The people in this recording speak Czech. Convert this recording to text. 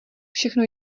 všechno